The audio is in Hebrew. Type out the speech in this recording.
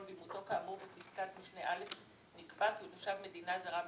ואימותו כאמור בפסקת משנה (א) נקבע כי הוא תושב מדינה זרה מסוימת,